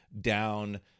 down